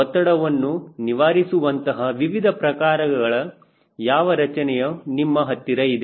ಒತ್ತಡವನ್ನು ನಿವಾರಿಸುವಂತಹ ವಿವಿಧ ಪ್ರಕಾರಗಳ ಯಾವ ರಚನೆಗಳು ನಿಮ್ಮ ಹತ್ತಿರ ಇದೆ